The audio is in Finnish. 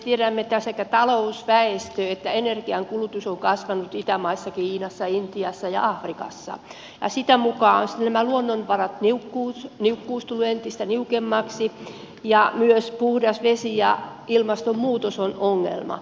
tiedämme että sekä talous väestö että energian kulutus ovat kasvaneet itämaissa kiinassa intiassa ja afrikassa ja sitä mukaa ovat nämä luonnonvarat tulleet entistä niukemmiksi ja myös puhdas vesi ja ilmastonmuutos ovat ongelma